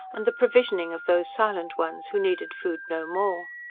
and the provisioning of those silent ones who needed food no more.